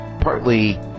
partly